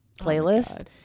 playlist